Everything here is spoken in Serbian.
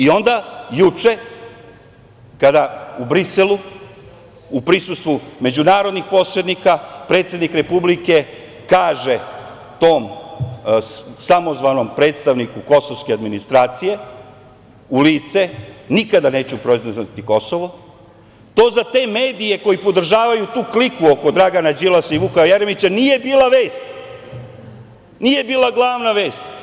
Onda juče, kada u Briselu u prisustvu međunarodnih posrednika predsednik Republike kaže tom samozvanom predstavniku kosovske administracije, u lice – nikada neću priznati Kosovo, to za te medije koji podržavaju tu kliku oko Dragana Đilasa i Vuka Jeremića nije bila vest, nije bila glavna vest.